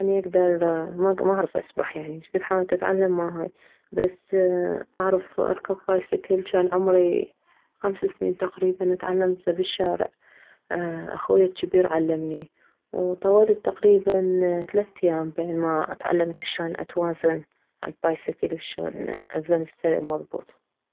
اني اكدر ما اعرف اسبح يعني شكد حاولت اتعلم ماهاي بس اعرف اركب بايسكل جان عمري خمس سنين تقريبا تعلمته بالشارع اخويه الجبير علمني وطولت تقريبا ثلاث ايام بين ما تعلمت شلون اتوازن عالبايسكل وشلون الزم ستيرن مضبوط